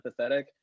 empathetic